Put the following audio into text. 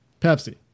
Pepsi